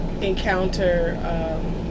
encounter